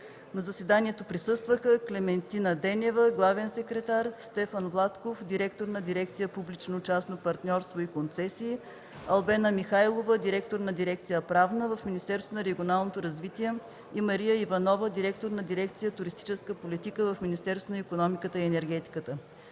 На заседанието присъстваха Климентина Денева – главен секретар, Стефан Владков – директор на дирекция „Публично-частно партньорство и концесии“, и Албена Михайлова – директор на дирекция „Правна“ в Министерство на регионалното развитие, и Мария Иванова – директор на дирекция „Туристическа политика“ в Министерство на икономиката и енергетиката.